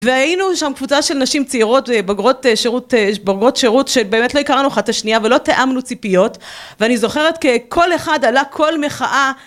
והיינו שם קבוצה של נשים צעירות ובוגרות שירות, בוגרות שירות שבאמת לא הכרנו אחת השנייה ולא תאמנו ציפיות. ואני זוכרת כקול אחד עלה קול מחאה